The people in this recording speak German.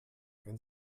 wenn